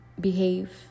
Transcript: behave